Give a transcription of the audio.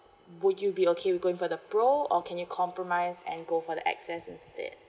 would you be okay with going for the pro or can you compromise and go the X S instead